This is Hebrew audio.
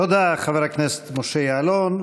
תודה, חבר הכנסת משה יעלון.